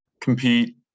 compete